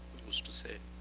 used to say,